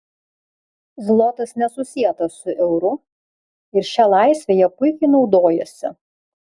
zlotas nesusietas su euru ir šia laisve jie puikiai naudojasi